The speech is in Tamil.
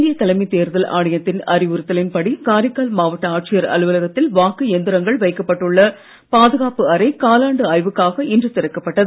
இந்திய தலைமைத் தேர்தல் ஆணையத்தின் அறிவுறுத்தலின்படி காரைக்கால் மாவட்ட ஆட்சியர் அலுவலகத்தில் வாக்கு இயந்திரங்கள் வைக்கப்பட்டுள்ள பாதுகாப்பு அறை காலாண்டு ஆய்வுக்காக இன்று திறக்கப்பட்டது